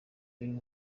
biri